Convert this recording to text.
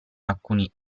alcuni